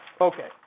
Okay